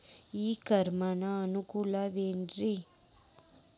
E commerce ನ ಅನುಕೂಲವೇನ್ರೇ?